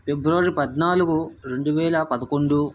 ఫిబ్రవరి పద్నాలుగు రెండువేల పదకొండు